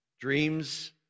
Dreams